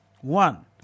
one